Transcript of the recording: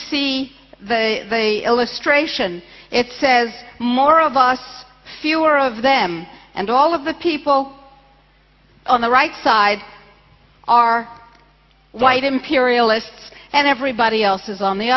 see the illustration it says more of us fewer of them and all of the people on the right side are white imperialists and everybody else is on the